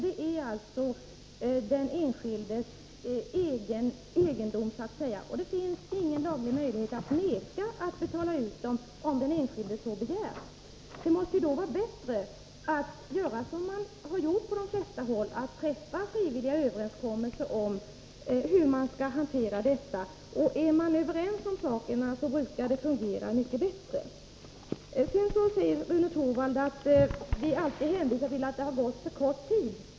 De är den enskildes egendom; det finns ingen laglig möjlighet att vägra att betala ut dem, om den enskilde så begär. Det måste då vara bättre att göra som man har gjort på de flesta håll — träffa frivilliga överenskommelser om hur man skall hantera detta. Är man överens om sakerna brukar det fungera mycket bättre. Sedan säger Rune Torwald att vi alltid hänvisar till att det har gått för kort tid.